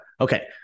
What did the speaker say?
Okay